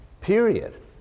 period